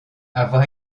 avoir